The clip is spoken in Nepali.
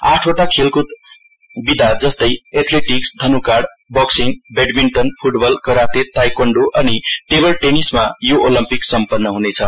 आठवटा खेलकृद विदा जस्तै एथलेटिक्स धनुकाँड boxing badminton football karate taekwondo अनि टेबल टेनिसमा यो ओलम्पिक सम्पन्न हुनेछ